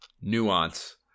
nuance